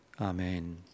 amen